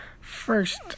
first